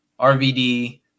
RVD